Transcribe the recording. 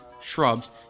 shrubs